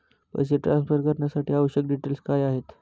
पैसे ट्रान्सफरसाठी आवश्यक डिटेल्स काय आहेत?